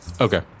Okay